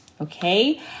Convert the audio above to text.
okay